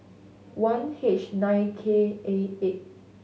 one H nine K A eight